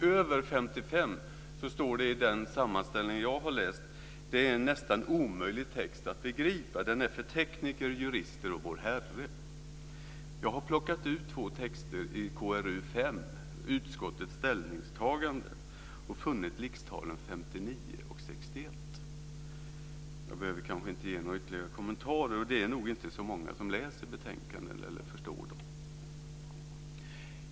Över 55 är, som det står i den sammanställning jag har läst, en nästan omöjlig text att begripa, och den är för tekniker, jurister och Vår Jag har plockat ut två texter under rubriken Utskottets ställningstagande i KrU5 och funnit LIX talen 59 och 61. Jag behöver kanske inte ge några ytterligare kommentarer. Det är nog inte så många som läser betänkanden eller förstår dem.